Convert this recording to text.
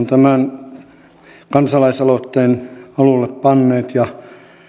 tämän kansalaisaloitteen alulle panneet ja